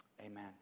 amen